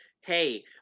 Hey